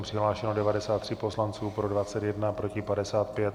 Přihlášeni 93 poslanci, pro 21, proti 55.